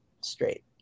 straight